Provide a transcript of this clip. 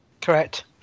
Correct